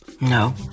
No